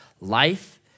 life